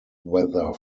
whether